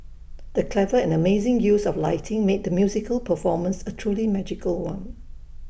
the clever and amazing use of lighting made the musical performance A truly magical one